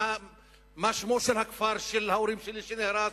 מה שמו של הכפר של ההורים שלי שנהרס,